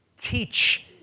teach